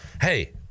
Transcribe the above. Hey